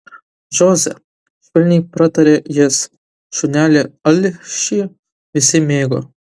žoze švelniai prataria jis šunelį alšį visi mėgo